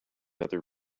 other